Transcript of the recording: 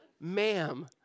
ma'am